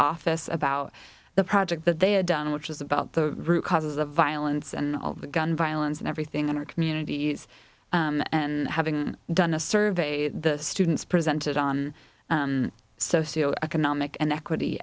office about the project that they had done which is about the root causes of violence and all the gun violence and everything in our communities and having done a survey of the students presented on socio economic and equity